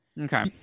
Okay